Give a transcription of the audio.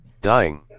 Dying